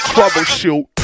Troubleshoot